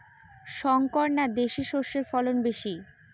শংকর না দেশি সরষের ফলন বেশী?